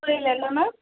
புரியல என்ன மேம்